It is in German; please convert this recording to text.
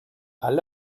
alle